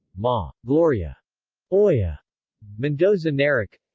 ma. gloria oya mendoza-neric